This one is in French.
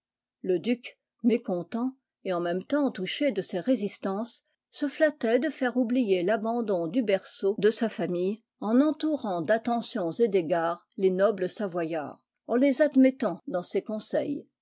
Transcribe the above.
le duc mécontent et en môme temps touché de ces résistances se flattait de faire oublier l'abandon du berceau de sa famille en entourant d'attentions et d'égards les nobles savoyards en les admettant dans ses conseils